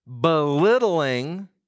belittling